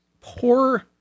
poor